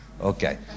Okay